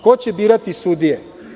Ko će birati sudije?